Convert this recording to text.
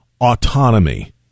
autonomy